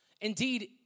Indeed